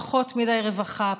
פחות מדי רווחה,